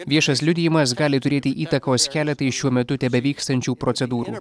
viešas liudijimas gali turėti įtakos keletui šiuo metu tebevykstančių procedūrų